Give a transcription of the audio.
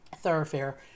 thoroughfare